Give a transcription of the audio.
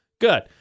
Good